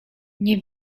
nie